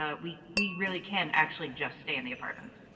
ah we we really can actually just stay in the apartment.